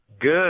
Good